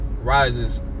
rises